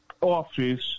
office